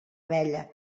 abella